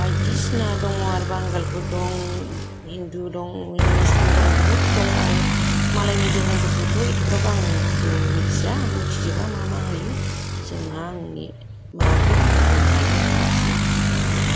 बायदिसिना दङ आरो बांगालफोर दं हिन्दु दं मुसलिम दं बुहुत दं आरो मालायनि धोरोमफोरखौथ' एथ'ग्राब आंबो मिथिया मिथिजोबा मा मा होयो जोंहा आंनि माबाखौल' होनो हायो आरो मिथियो खिथानो हायो